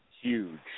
huge